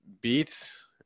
beats